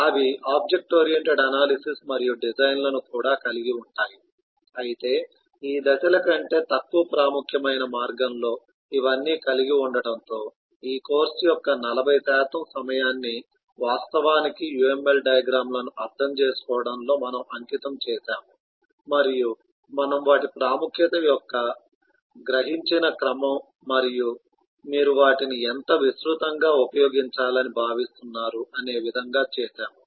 అవి object oriented analysis మరియు డిజైన్లను కూడా కలిగి ఉంటాయి అయితే ఈ దశల కంటే తక్కువ ప్రాముఖ్యమైన మార్గంలో ఇవన్నీ కలిగి ఉండటంతో ఈ కోర్సు యొక్క 40 శాతం సమయాన్ని వాస్తవానికి UML డయాగ్రమ్ లను అర్థం చేసుకోవడంలో మనము అంకితం చేసాము మరియు మనము వాటి ప్రాముఖ్యత యొక్క గ్రహించిన క్రమం మరియు మీరు వాటిని ఎంత విస్తృతంగా ఉపయోగించాలని భావిస్తున్నారు అనే విధంగా చేసాము